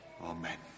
Amen